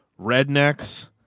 rednecks